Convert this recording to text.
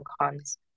cons